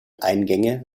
eingänge